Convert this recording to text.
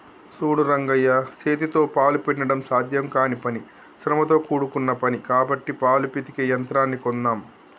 సూడు రంగయ్య సేతితో పాలు పిండడం సాధ్యం కానీ పని శ్రమతో కూడుకున్న పని కాబట్టి పాలు పితికే యంత్రాన్ని కొందామ్